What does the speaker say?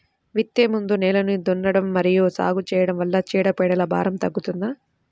విత్తే ముందు నేలను దున్నడం మరియు సాగు చేయడం వల్ల చీడపీడల భారం తగ్గుతుందా?